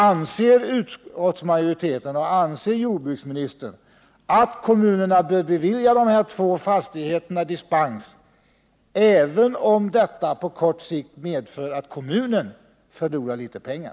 Anser utskottsmajoriteten och anser jordbruksministern att kommunen bör bevilja de här två fastigheterna dispens, även om detta på kort sikt medför att kommunen förlorar litet pengar?